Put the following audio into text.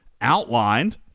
outlined